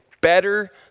better